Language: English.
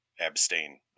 abstain